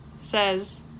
says